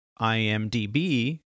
IMDb